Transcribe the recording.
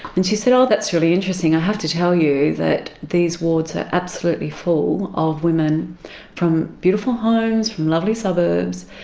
and she said, oh, that's really interesting, i have to tell you that these wards are absolutely full of women from beautiful homes, from lovely suburbs,